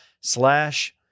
slash